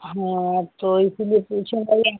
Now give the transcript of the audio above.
हाँ तो इसी लिए पूछा मैंने